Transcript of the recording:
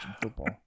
football